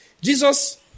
Jesus